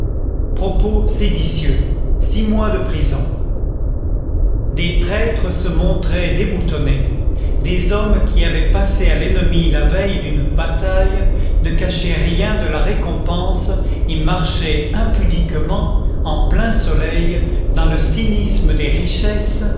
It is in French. propos séditieux six mois de prison des traîtres se montraient déboutonnés des hommes qui avaient passé à l'ennemi la veille d'une bataille ne cachaient rien de la récompense et marchaient impudiquement en plein soleil dans le cynisme des richesses